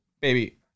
baby